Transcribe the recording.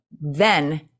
Then-